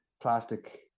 plastic